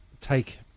take